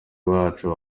bacu